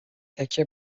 تکه